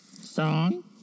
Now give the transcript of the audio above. Song